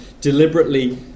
deliberately